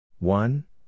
One